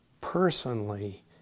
personally